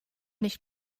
nicht